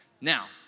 Now